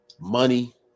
money